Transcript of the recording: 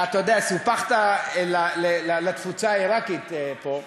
אתה יודע, אתה סופחת לתפוצה העיראקית פה.